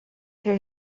ser